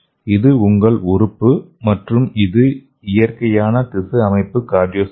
இது உங்கள் உறுப்பு மற்றும் இது இயற்கையான திசு அமைப்பு கார்டியோமியோசைட்டுகள்